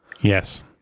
Yes